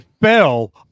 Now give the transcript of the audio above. fell